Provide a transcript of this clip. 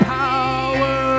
power